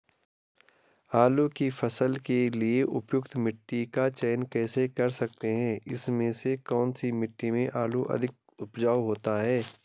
आलू की फसल के लिए उपयुक्त मिट्टी का चयन कैसे कर सकते हैं इसमें से कौन सी मिट्टी में आलू अधिक उपजाऊ होता है?